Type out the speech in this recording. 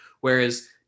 Whereas